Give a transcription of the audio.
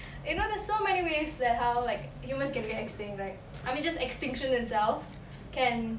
you know there's so many ways that how like humans can get extinct right I mean just extinction itself can